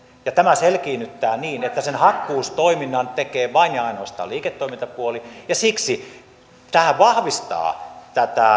ja tämä selkiinnyttää niin että sen hakkuutoiminnan tekee vain ja ainoastaan liiketoimintapuoli siksi tämä vahvistaa